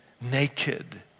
Naked